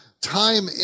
time